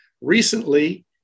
Recently